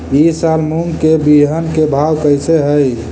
ई साल मूंग के बिहन के भाव कैसे हई?